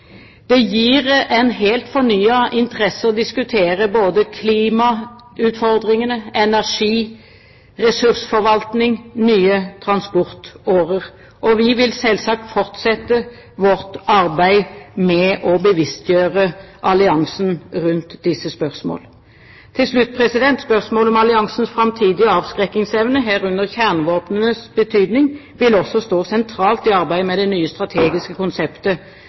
Det gir en helt fornyet interesse å diskutere både klimautfordringene, energiressursforvaltning og nye transportårer. Vi vil selvsagt fortsette vårt arbeid med å bevisstgjøre alliansen rundt disse spørsmålene. Til slutt: Spørsmålet om alliansens framtidige avskrekkingsevne, herunder kjernevåpnenes betydning, vil også stå sentralt i arbeidet med det nye strategiske konseptet.